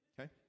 Okay